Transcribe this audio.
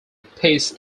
piece